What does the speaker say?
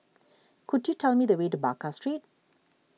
could you tell me the way to Baker Street